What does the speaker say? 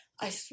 I-